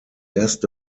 erste